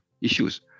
issues